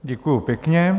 Děkuji pěkně.